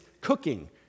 cooking